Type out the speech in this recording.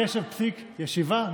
ישיבה,